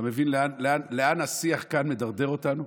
אתה מבין לאן השיח כאן מדרדר אותנו?